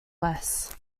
less